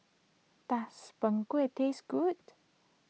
does Png Kueh taste good